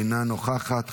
אינה נוכחת,